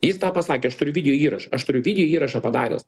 jis pasakė aš turiu video įrašą aš turiu video įrašą padaręs